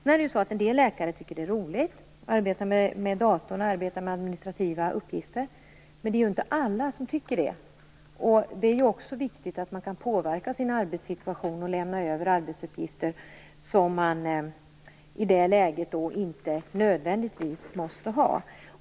En del läkare tycker att det är roligt att arbeta med datorer och administrativa uppgifter. Men det är inte alla som tycker det. Det är därför viktigt att man kan påverka sin arbetssituation och lämna över arbetsuppgifter som man i det läget inte nödvändigtvis måste ha.